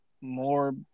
more